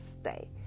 stay